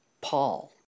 Paul